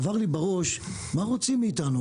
עבר לי בראש: מה רוצים מאיתנו?